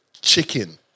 chicken